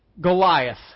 Goliath